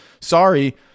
Sorry